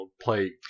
play